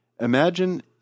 Imagine